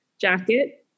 jacket